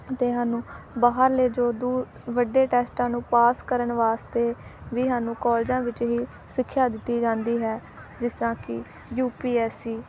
ਅਤੇ ਸਾਨੂੰ ਬਾਹਰਲੇ ਜੋ ਦੂਰ ਵੱਡੇ ਟੈਸਟਾਂ ਨੂੰ ਪਾਸ ਕਰਨ ਵਾਸਤੇ ਵੀ ਸਾਨੂੰ ਕੋਲਜਾਂ ਵਿੱਚ ਹੀ ਸਿੱਖਿਆ ਦਿੱਤੀ ਜਾਂਦੀ ਹੈ ਜਿਸ ਤਰ੍ਹਾਂ ਕਿ ਯੂ ਪੀ ਐੱਸ ਸੀ